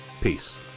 Peace